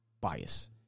Bias